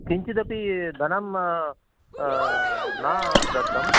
किञ्चिदपि धनं न दत्तम्